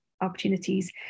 opportunities